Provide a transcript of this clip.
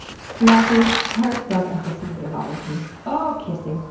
sloppy, heartfelt episode of ologies. ohhhh kissing!